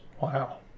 Wow